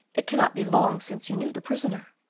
it cannot be long since you knew the prisoner.